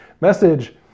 message